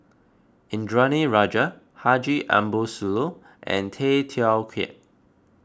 Indranee Rajah Haji Ambo Sooloh and Tay Teow Kiat